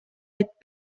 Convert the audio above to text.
айтып